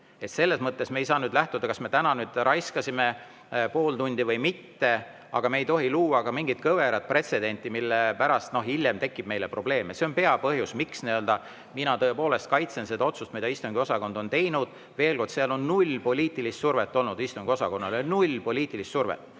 Selles mõttes me ei saa lähtuda sellest, kas me täna raiskasime pool tundi või mitte. Me ei tohi luua mingit kõverat pretsedenti, mille pärast meile hiljem probleeme tekib. See on peapõhjus, miks mina tõepoolest kaitsen seda otsust, mille istungiosakond on teinud. Veel kord, seal on null poliitilist survet olnud istungiosakonnale. Null poliitilist survet!